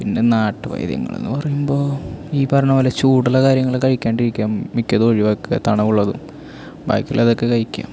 പിന്നെ നാട്ടു വൈദ്യങ്ങളെന്നു പറയുമ്പോൾ ഈ പറഞ്ഞതു പോലെ ചൂടുള്ള കാര്യങ്ങൾ കഴിക്കാണ്ടിരിയ്ക്കുക മിക്കതൊഴിവാക്കുക തണവുള്ളതും ബാക്കിയുള്ളതൊക്കെ കഴിയ്ക്കുക